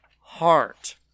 heart